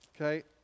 okay